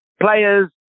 players